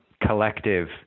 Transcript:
collective